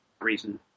reason